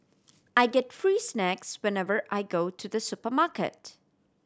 I get free snacks whenever I go to the supermarket